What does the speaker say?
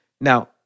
Now